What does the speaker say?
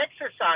exercise